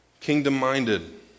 Kingdom-minded